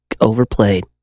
Overplayed